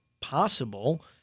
possible